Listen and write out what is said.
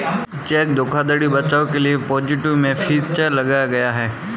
check धोखाधड़ी बचाव के लिए पॉजिटिव पे फीचर लाया गया है